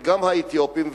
וגם האתיופים,